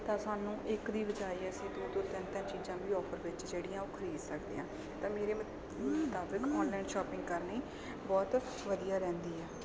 ਤਾਂ ਸਾਨੂੰ ਇੱਕ ਦੀ ਬਜਾਏ ਅਸੀਂ ਦੋ ਦੋ ਤਿੰਨ ਤਿੰਨ ਚੀਜ਼ਾਂ ਵੀ ਓਫਰ ਵਿੱਚ ਜਿਹੜੀਆਂ ਉਹ ਖਰੀਦ ਸਕਦੇ ਹਾਂ ਤਾਂ ਮੇਰੇ ਮੁ ਮੁਤਾਬਕ ਔਨਲਾਈਨ ਸ਼ੋਪਿੰਗ ਕਰਨੀ ਬਹੁਤ ਵਧੀਆ ਰਹਿੰਦੀ ਹੈ